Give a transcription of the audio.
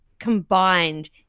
combined